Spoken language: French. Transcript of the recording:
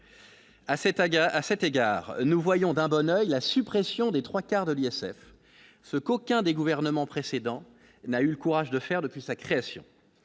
à cet égard nous voyons d'un bon oeil la suppression des 3 quarts de l'ISF, ce qu'aucun des gouvernements précédents, n'a eu le courage de faire depuis sa création,